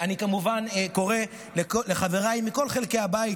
אני כמובן קורא לחבריי מכל חלקי הבית,